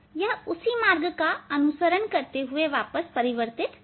यह उसी मार्ग का अनुसरण करते हुए वापस परावर्तित हो जाएगा